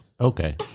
Okay